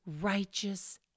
righteous